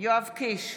יואב קיש,